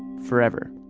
forever